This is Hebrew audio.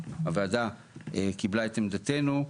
הוועדה קיבלה את עמדתנו,